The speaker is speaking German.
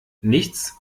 nichts